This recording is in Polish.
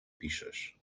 piszesz